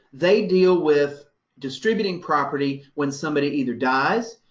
they deal with distributing property when somebody either dies,